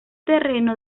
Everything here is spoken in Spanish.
terreno